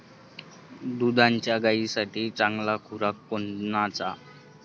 दुधाच्या गायीसाठी चांगला खुराक कोनचा?